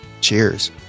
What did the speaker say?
cheers